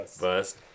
Bust